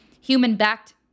human-backed